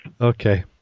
Okay